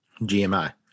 GMI